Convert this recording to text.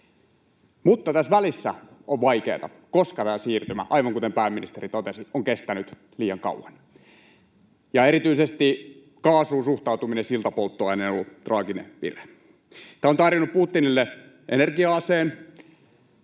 Mutta tässä välissä on vaikeata, koska tämä siirtymä, aivan kuten pääministeri totesi, on kestänyt liian kauan. Erityisesti kaasuun suhtautuminen siltapolttoaineena on ollut traaginen virhe. Tämä on tarjonnut Putinille energia-aseen,